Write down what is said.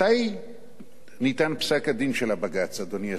מתי ניתן פסק-הדין של הבג"ץ, אדוני השר?